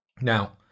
Now